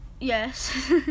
Yes